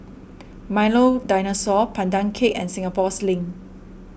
Milo Dinosaur Pandan Cake and Singapore Sling